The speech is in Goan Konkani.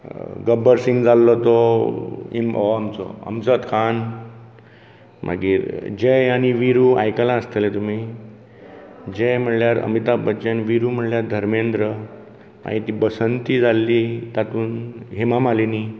गब्बर सिंग जाल्लो तो हो आमचो अमजद खान मागीर जय आनी विरु आयकलां आसतलें तुमी जय म्हणल्यार अमिताभ बच्चन विरु म्हणल्यार धर्मेंद्र बसंती जाल्ली तातूंत हेमा मालिनी